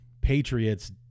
Patriots